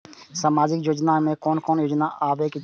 सामाजिक योजना में कोन कोन योजना आबै छै?